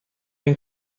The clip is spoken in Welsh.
ein